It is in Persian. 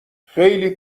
خیلی